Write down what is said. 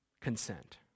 Consent